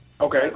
Okay